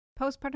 Postpartum